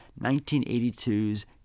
1982's